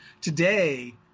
Today